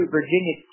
Virginia